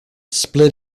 split